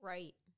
Right